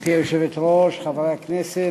גברתי היושבת-ראש, חברי הכנסת,